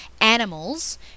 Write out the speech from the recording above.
Animals